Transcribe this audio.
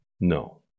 No